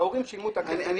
ההורים שילמו את הכסף.